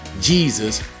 Jesus